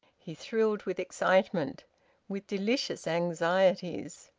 he thrilled with excitement with delicious anxieties.